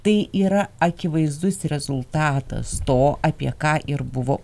tai yra akivaizdus rezultatas to apie ką ir buvo